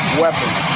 weapons